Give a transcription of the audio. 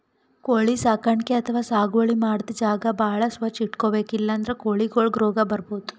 ಕೋಳಿ ಸಾಕಾಣಿಕೆ ಅಥವಾ ಸಾಗುವಳಿ ಮಾಡದ್ದ್ ಜಾಗ ಭಾಳ್ ಸ್ವಚ್ಚ್ ಇಟ್ಕೊಬೇಕ್ ಇಲ್ಲಂದ್ರ ಕೋಳಿಗೊಳಿಗ್ ರೋಗ್ ಬರ್ಬಹುದ್